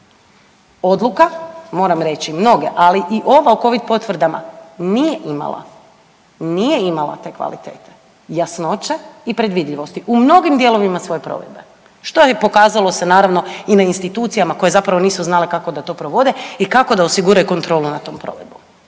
Odluka, moram reći mnoge, ali i ove o covid potvrdama nije imala, nije imala te kvalitete, jasnoće i predvidljivosti u mnogim dijelovima svoje provedbe što je pokazalo se naravno i na institucija koje zapravo nisu znale kako da to provode i kako da osiguraju kontrolu nad tom provedbom,